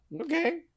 Okay